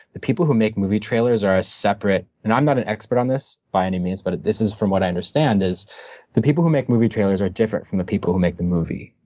the people who make movie trailers are a separate, and i'm not an expert on this by any means, but this is from what i understand is the people who make movie trailers are different from the people who make the movie,